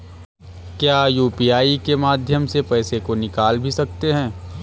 क्या यू.पी.आई के माध्यम से पैसे को निकाल भी सकते हैं?